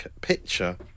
picture